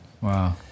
wow